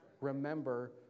Remember